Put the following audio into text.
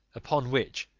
upon which,